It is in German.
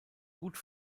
gut